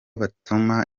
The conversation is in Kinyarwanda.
batuma